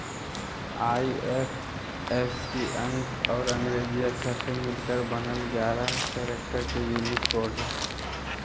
IFSC अंक और अंग्रेजी अक्षर से मिलकर बनल एगारह कैरेक्टर के यूनिक कोड हइ